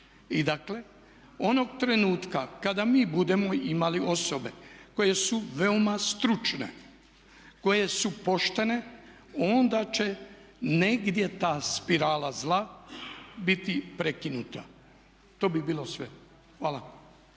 I dakle onog trenutka kada mi budemo imali osobe koje su veoma stručne, koje su poštene onda će negdje ta spirala zla biti prekinuta. To bi bilo sve, hvala.